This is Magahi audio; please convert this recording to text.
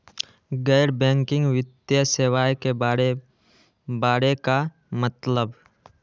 गैर बैंकिंग वित्तीय सेवाए के बारे का मतलब?